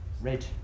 red